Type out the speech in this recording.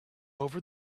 over